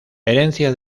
herencia